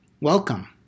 welcome